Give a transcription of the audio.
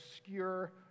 obscure